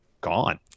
gone